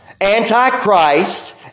anti-Christ